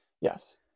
Yes